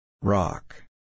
Rock